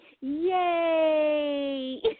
yay